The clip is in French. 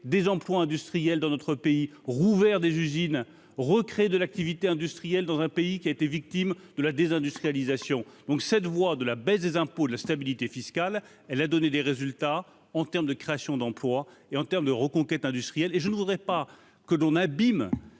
des emplois industriels dans notre pays, rouvert des usines recréer de l'activité industrielle dans un pays qui a été victime de la désindustrialisation donc cette voie de la baisse des impôts de la stabilité fiscale, elle a donné des résultats en termes de création d'emploi et en termes de reconquête industrielle et je ne voudrais pas que l'on abîme